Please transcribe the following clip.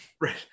Right